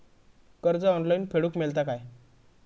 कर्ज ऑनलाइन फेडूक मेलता काय?